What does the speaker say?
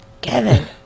Kevin